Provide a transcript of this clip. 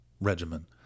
regimen